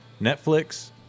Netflix